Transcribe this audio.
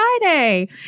Friday